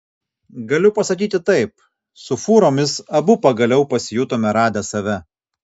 galiu pasakyti taip su fūromis abu pagaliau pasijutome radę save